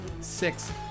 six